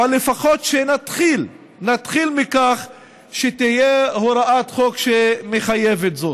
אבל לפחות נתחיל: נתחיל מכך שתהיה הוראת חוק שמחייבת זאת.